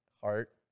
heart